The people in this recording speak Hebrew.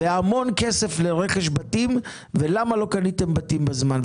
והמון כסף לרכש בתים ולמה לא קניתם בתים בזמן,